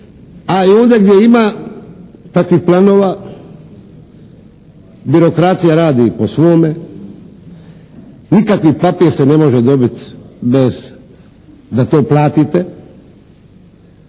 A i ondje gdje ima takvih planova birokracija radi po svome. Nikakvi papir se ne može dobiti bez da to platite